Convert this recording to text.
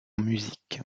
musique